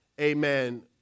Amen